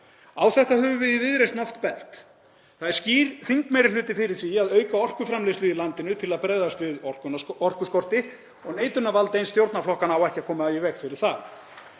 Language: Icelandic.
Á þetta höfum við í Viðreisn oft bent. Það er skýr þingmeirihluti fyrir því að auka orkuframleiðslu í landinu til að bregðast við orkuskorti og neitunarvald eins stjórnarflokkanna á ekki að koma í veg fyrir það.